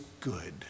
good